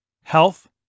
health